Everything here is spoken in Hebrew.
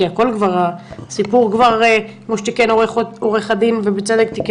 כי הסיפור כבר כמו שתיקן אותי בצדק העורך דין